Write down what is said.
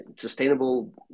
sustainable